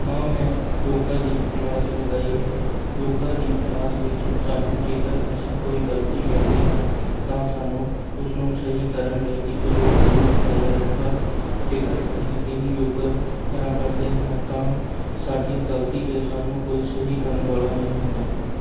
ਹਾਂ ਮੈਂ ਯੋਗਾ ਦੀ ਕਲਾਸ ਲਗਾਈ ਹੈ ਯੋਗਾ ਦੀ ਕਲਾਸ ਵਿੱਚ ਸਾਨੂੰ ਜੇਕਰ ਅਸੀਂ ਕੋਈ ਗ਼ਲਤੀ ਕਰਦੇ ਹਾਂ ਤਾਂ ਸਾਨੂੰ ਉਸਨੂੰ ਸਹੀ ਕਰਨ ਲਈ ਇੱਕ ਯੋਗ ਗੁਰੂ ਹੁੰਦਾ ਹੈ ਪਰ ਜੇਕਰ ਅਸੀਂ ਇਹ ਹੀ ਯੋਗਾ ਘਰਾਂ ਕਰਦੇ ਹਾਂ ਤਾਂ ਸਾਡੀ ਗ਼ਲਤੀ 'ਤੇ ਸਾਨੂੰ ਕੋਈ ਸਹੀ ਕਰਨ ਵਾਲਾ ਨਹੀਂ ਹੁੰਦਾ